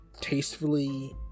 tastefully